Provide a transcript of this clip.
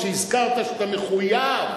וכשהזכרת שאתה מחויב,